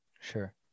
sure